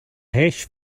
hash